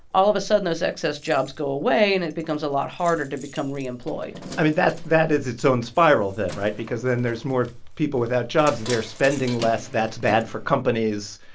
all of a sudden, those excess jobs go away. and it becomes a lot harder to become reemployed i mean, that is its own spiral then right? because then there's more people without jobs. they're spending less. that's bad for companies.